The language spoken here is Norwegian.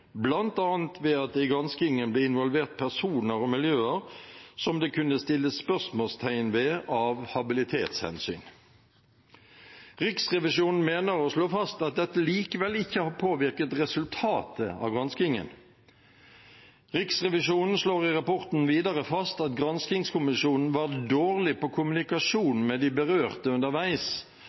ved at det i granskingen ble involvert personer og miljøer som det av habilitetshensyn kunnes settes spørsmålstegn ved. Riksrevisjonen mener å slå fast at dette likevel ikke har påvirket resultatet av granskingen. Riksrevisjonen slår i rapporten videre fast at granskingskommisjonen var dårlig på kommunikasjon med de berørte underveis,